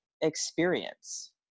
experience